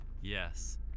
Yes